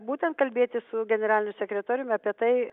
būtent kalbėtis su generaliniu sekretoriumi apie tai